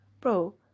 bro